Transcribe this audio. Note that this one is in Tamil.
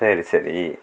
சரி சரி